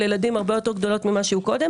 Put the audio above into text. בתאריכים קבועים שקבע המחוקק,